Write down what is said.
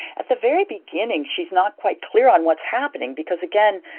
at the very beginning, she's not quite clear on what's happening because, again,